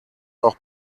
auch